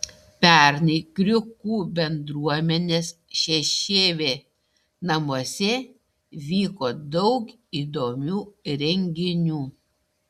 pernai kriukų bendruomenės šešėvė namuose vyko daug įdomių renginių